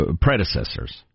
predecessors